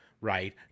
right